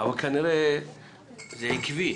אבל כנראה זה עקבי,